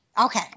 Okay